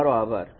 તમારો આભાર